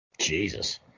Jesus